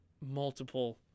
multiple